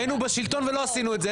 והיינו בשלטון ולא עשינו את זה,